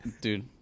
Dude